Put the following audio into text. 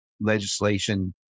legislation